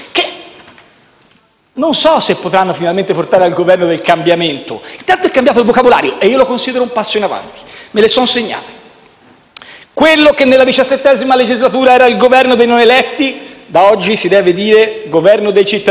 non so se potranno finalmente portare al Governo del cambiamento, ma intanto è cambiato il vocabolario e io lo considero un passo in avanti. Alcune espressioni me le sono segnate: quello che nella XVII legislatura era il Governo dei non eletti da oggi si deve chiamare Governo dei cittadini;